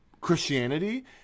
Christianity